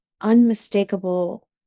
unmistakable